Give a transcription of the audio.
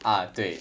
ah 对